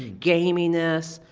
gaminess,